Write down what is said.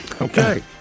Okay